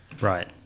right